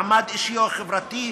מעמד אישי או חברתי,